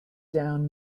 down